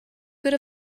good